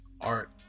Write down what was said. art